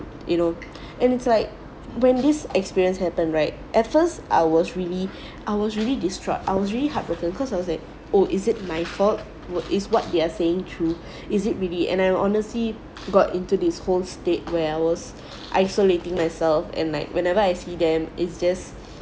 you know and it's like when this experience happen right at first I was really I was really destroyed I was really heartbroken cause I was like oh is it my fault is what they are saying true is it really and I'm honestly got into this whole state where I was isolating myself and like whenever I see them its just